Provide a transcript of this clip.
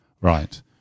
right